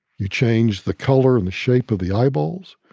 you change the color and the shape of the eyeballs.